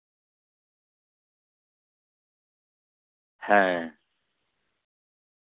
ᱦᱮᱸ